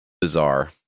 bizarre